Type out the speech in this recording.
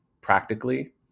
practically